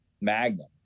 Magnum